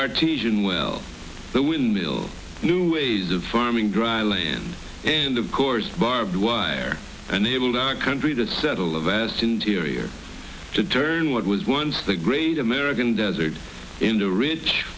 artesian well the windmill new ways of farming dry land and of course barbed wire and enabled our country to settle a vast interior to turn what was once the great american desert in the rich